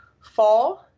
Four